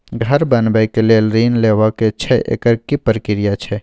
घर बनबै के लेल ऋण लेबा के छै एकर की प्रक्रिया छै?